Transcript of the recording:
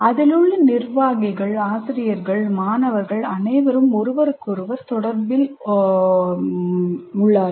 அதிலுள்ள நிர்வாகிகள் ஆசிரியர்கள் மாணவர்கள் அனைவரும் ஒருவருக்கொருவர் தொடர்பு கொள்கிறார்கள்